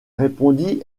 répondit